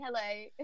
Hello